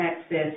access